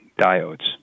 diodes